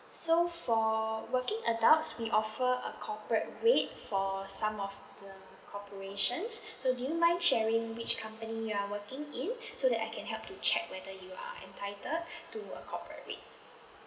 so for working adults we offer a corporate rate for some of the corporations so do you mind sharing which company you're working in so that I can help to whether you are entitled to a corporate rate